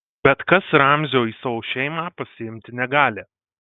bet kas ramzio į savo šeimą pasiimti negali